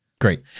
Great